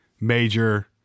Major